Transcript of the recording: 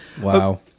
Wow